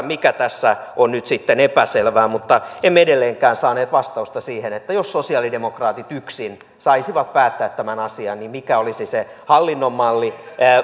mikä tässä on nyt sitten epäselvää mutta emme edelleenkään saaneet vastausta siihen että jos sosialidemokraatit yksin saisivat päättää tämän asian niin mikä olisi se hallinnon malli